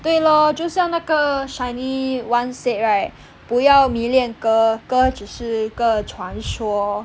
对 lor 就像那个 shinee once said right 不要迷恋哥哥只是个传说